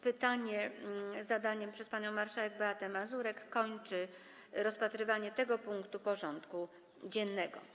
Pytanie zadane przez panią marszałek Beatę Mazurek kończy rozpatrywanie tego punktu porządku dziennego.